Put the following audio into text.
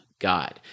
God